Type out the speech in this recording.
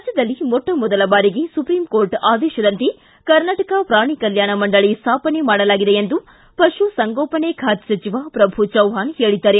ರಾಜ್ಯದಲ್ಲಿ ಮೊಟ್ಟ ಮೊದಲ ಬಾರಿಗೆ ಸುಪ್ರೀಂ ಕೋರ್ಟ್ ಆದೇಶದಂತೆ ಕರ್ನಾಟಕ ಪ್ರಾಣಿ ಕಲ್ಕಾಣ ಮಂಡಳಿ ಸ್ಥಾಪನೆ ಮಾಡಲಾಗಿದೆ ಎಂದು ಪಶುಸಂಗೋಪನೆ ಖಾತೆ ಸಚಿವ ಪ್ರಭು ಚವ್ವಾಣ್ ಹೇಳಿದ್ದಾರೆ